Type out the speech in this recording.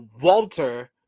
walter